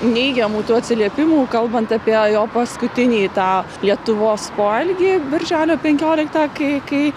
neigiamų tų atsiliepimų kalbant apie jo paskutinį tą lietuvos poelgį birželio penkioliktą kai kai